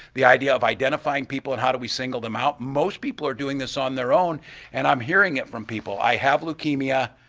the idea of identifying people and how do we single them out. most people are doing this on their own and i'm hearing it from people. i have leukemia,